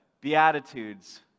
Beatitudes